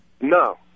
No